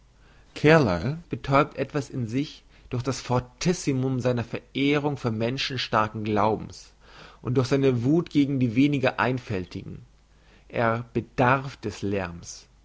carlyle betäubt etwas in sich durch das fortissimo seiner verehrung für menschen starken glaubens und durch seine wuth gegen die weniger einfältigen er bedarf des lärms